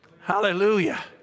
Hallelujah